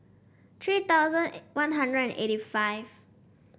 three thousand One Hundred and eighty five